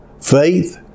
faith